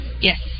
Yes